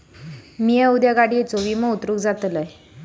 मी उद्या गाडीयेचो विमो उतरवूक जातलंय